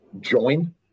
join